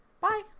Bye